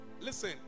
listen